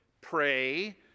Pray